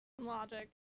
logic